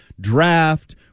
draft